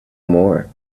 more